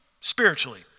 Spiritually